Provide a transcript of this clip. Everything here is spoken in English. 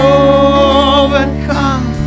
overcome